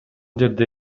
жерде